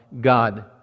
God